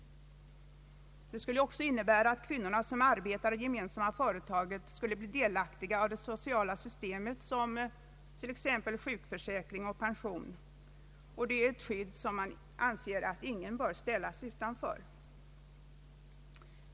Det skulle också innebära att kvinnorna som arbetar i det gemensamma företaget skulle bli delaktiga av det sociala systemet, t.ex. sjukförsäkring och pension. Det är ett skydd som jag anser att ingen bör ställas utanför.